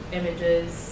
images